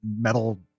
metal